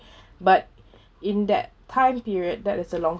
but in that time period that is a long